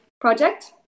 project